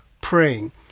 praying